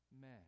men